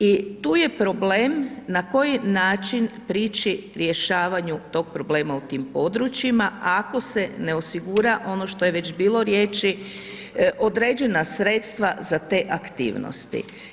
I tu je problem na koji način prići rješavanju tog problema u tim područjima, ako se ne osigura ono što je već bilo riječi, određena sredstva za te aktivnosti.